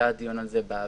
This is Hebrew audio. היה דיון על זה בעבר